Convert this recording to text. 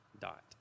dot